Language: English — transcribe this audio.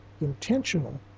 intentional